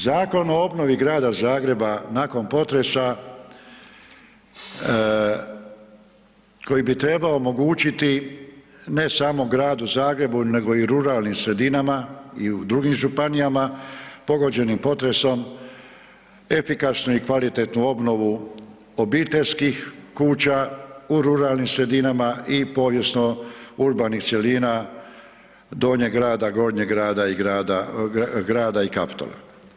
Zakon o obnovi grada Zagreba nakon potresa koji bi trebao omogućiti ne samo gradu Zagrebu nego i ruralnim sredinama i u drugim županijama pogođenim potresom, efikasnu i kvalitetnu obnovu obiteljskih kuća u ruralnim sredinama i povijesno urbanih sredina Donjeg grada, Gornjeg grada i grada i Kaptola.